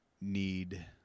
need